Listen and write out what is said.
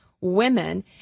women